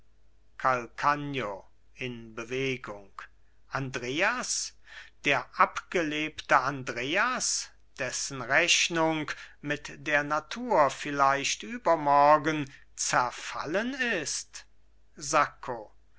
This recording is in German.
calcagno in bewegung andreas der abgelebte andreas dessen rechnung mit der natur vielleicht übermorgen zerfallen ist sacco